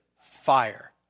fire